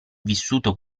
vissuto